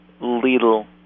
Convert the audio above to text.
little